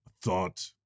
thought